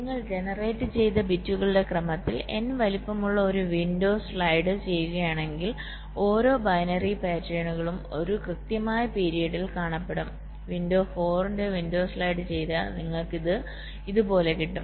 നിങ്ങൾ ജനറേറ്റ് ചെയ്ത ബിറ്റുകളുടെ ക്രമത്തിൽ n വലുപ്പമുള്ള ഒരു വിൻഡോ സ്ലൈഡ് ചെയ്യുകയാണെങ്കിൽ ഓരോ ബൈനറി പാറ്റേണുകളും ഒരു കൃത്യമായി പീരിയഡിൽ കാണപ്പെടും വിഡ്ത് 4 ന്റെ വിൻഡോ സ്ലൈഡ് ചെയ്താൽ നിങ്ങൾക്ക് ഇത് പോലെകിട്ടും